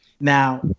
now